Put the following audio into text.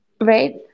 Right